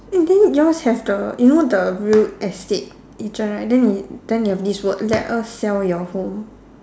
and then yours have the you know the real estate agent and then you then you have this word let us sell your home